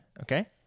okay